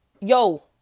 Yo